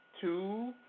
two